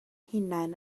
hunain